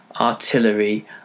artillery